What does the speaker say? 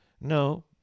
No